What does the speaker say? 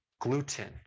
gluten